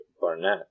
Barnett